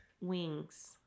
wings